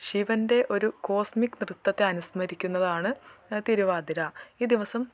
ശിവൻ്റെ ഒരു കോസ്മിക് നൃത്തത്തെ അനുസ്മരിക്കുന്നതാണ് തിരുവാതിര ഈ ദിവസം സ്ത്രീകൾ